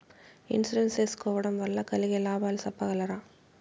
Insurance సేసుకోవడం వల్ల కలిగే లాభాలు సెప్పగలరా?